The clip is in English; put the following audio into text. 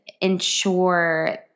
ensure